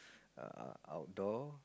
err outdoor